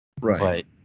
Right